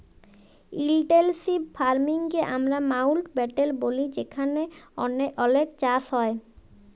intensive farming কে আমরা মাউল্টব্যাটেল ব্যলি যেখালে অলেক চাষ হ্যয়